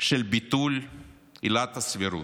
של ביטול עילת הסבירות.